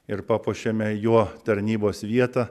ir papuošiame juo tarnybos vietą